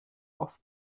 auf